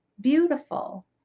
beautiful